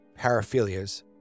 paraphilias